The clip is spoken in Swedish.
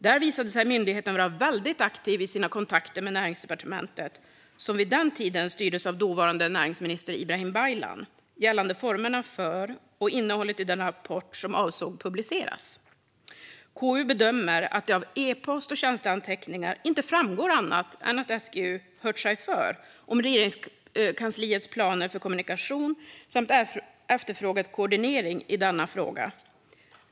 Där visade sig myndigheten vara väldigt aktiv i sina kontakter med Näringsdepartementet, som vid den tiden styrdes av dåvarande näringsminister Ibrahim Baylan, gällande formerna för och innehållet i den rapport som avsågs publiceras. KU bedömer att det av e-post och tjänsteanteckningar inte framgår annat än att SGU hört sig för om Regeringskansliets planer för kommunikation samt efterfrågat koordinering i denna fråga.